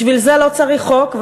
בשביל זה לא צריך חוק,